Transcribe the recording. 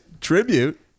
tribute